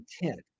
intent